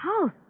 house